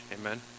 Amen